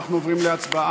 אנחנו עוברים להצבעה.